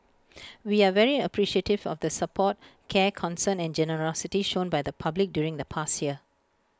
we are very appreciative of the support care concern and generosity shown by the public during the past year